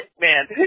Man